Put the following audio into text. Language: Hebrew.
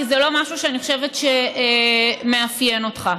כי זה לא משהו שאני חושבת שמאפיין אותך.